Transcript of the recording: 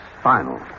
final